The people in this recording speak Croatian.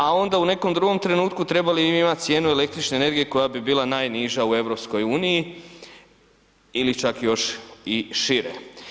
A onda u nekom drugom trenutku trebali bi imati cijenu električne energije koja bi bila najniža u EU ili čak još i šire.